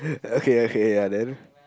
ppl okay okay ya then